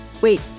Wait